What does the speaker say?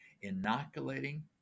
inoculating